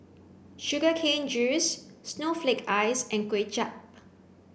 sugar cane juice snowflake ice and Kuay Chap